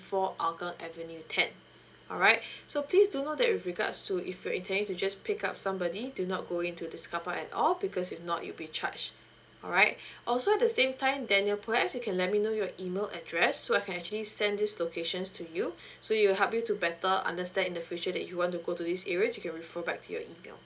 four hougang avenue ten alright so please do know that with regards to if you're intending to just pick up somebody do not go into this car park at all because if not you'll be charged alright also at the same time danial perhaps you can let me know your email address so I can actually send these locations to you so it'll help you to better understand in the future that you want to go to these areas you can refer back to your email